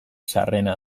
zaharrena